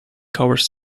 covers